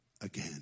again